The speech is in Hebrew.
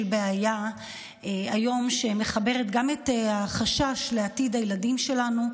של בעיה שמחברת גם את החשש לעתיד הילדים שלנו,